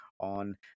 on